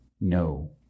No